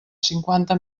cinquanta